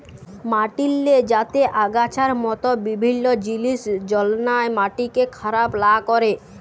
মাটিল্লে যাতে আগাছার মত বিভিল্ল্য জিলিস জল্মায় মাটিকে খারাপ লা ক্যরে